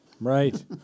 Right